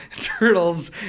turtles